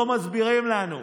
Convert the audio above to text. לא מסבירים לנו.